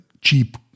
cheap